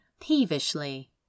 peevishly